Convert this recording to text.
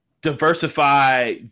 diversify